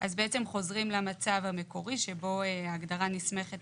חוזרים למצב המקורי שבו ההגדרה נסמכת